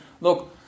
Look